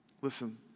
Listen